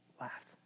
laughs